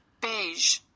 Beige